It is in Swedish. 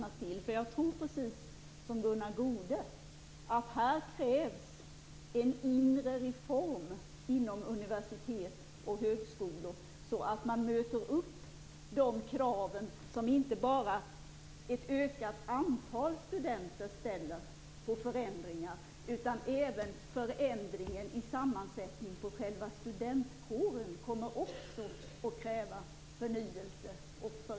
Jag tror precis som Gunnar Goude att det krävs en inre reform inom universitet och högskolor, så att man möter de krav på förändringar och förnyelse som inte bara ett ökat antal studenter utan även förändringen på sammansättningen av själva studentkåren ställer.